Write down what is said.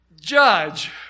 judge